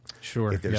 Sure